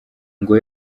ngo